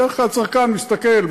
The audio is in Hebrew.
בדרך כלל צרכן מסתכל,